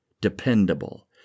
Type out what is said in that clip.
dependable